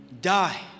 die